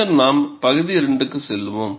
பின்னர் நாம் பகுதி 2 க்கு செல்வோம்